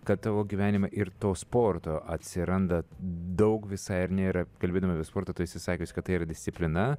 kad tavo gyvenime ir to sporto atsiranda daug visai ar ne ir kalbėdama apie sportą tu esi sakiusi kad tai yra disciplina